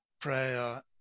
prayer